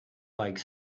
like